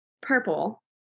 Purple